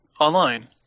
online